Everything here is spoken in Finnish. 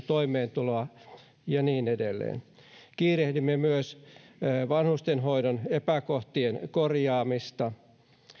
toimeentuloa ja niin edelleen kiirehdimme myös vanhustenhoidon epäkohtien korjaamista